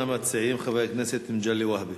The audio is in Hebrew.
ראשון המציעים, חבר הכנסת מגלי והבה.